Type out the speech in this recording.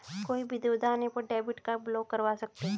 कोई भी दुविधा आने पर डेबिट कार्ड ब्लॉक करवा सकते है